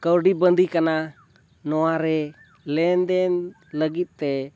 ᱠᱟᱹᱣᱰᱤ ᱵᱟᱸᱫᱤ ᱠᱟᱱᱟ ᱱᱚᱣᱟ ᱨᱮ ᱞᱮᱱᱫᱮᱱ ᱞᱟᱹᱜᱤᱫ ᱛᱮ